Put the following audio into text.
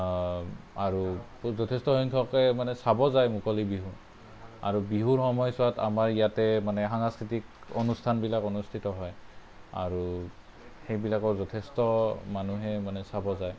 আৰু যথেষ্ট সংখ্যকে মানে চাবলৈ যায় মুকলি বিহু আৰু বিহুৰ সময়ছোৱাত আমাৰ ইয়াতে মানে সাংস্কৃতিক অনুষ্ঠানবিলাক অনুষ্ঠিত হয় আৰু সেইবিলাকো যথেষ্ট মানুহে মানে চাবলৈ যায়